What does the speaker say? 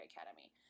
academy